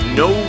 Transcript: no